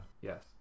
yes